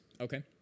okay